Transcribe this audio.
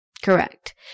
Correct